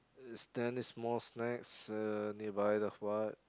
is there any small snacks uh nearby